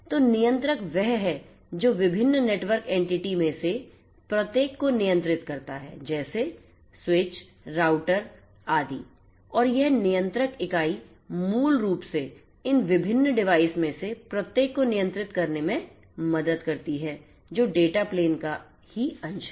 तो नियंत्रक वह है जो इन विभिन्न नेटवर्क एनटीटी में से प्रत्येक को नियंत्रित करता है जैसे स्विच राउटर आदि और यह नियंत्रक इकाई मूल रूप से इन विभिन्न डिवाइस में से प्रत्येक को नियंत्रित करने में मदद करती है जो डेटा प्लेन का ही अंश है